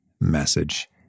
message